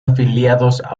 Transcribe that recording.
afiliados